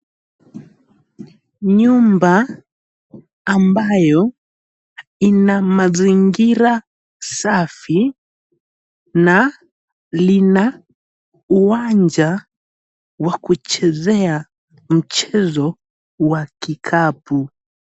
Nyumba ambayo ina mazingira safi na lina uwanja wa kuchezea mchezo wa kikapu.